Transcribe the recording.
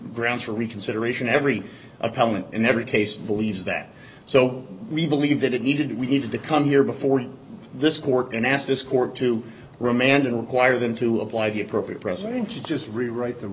grounds for reconsideration every opponent in every case believes that so we believe that it needed we needed to come here before this court and ask this court to remand and require them to apply the appropriate presence just rewrite the